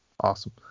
awesome